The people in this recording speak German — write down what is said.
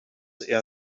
eher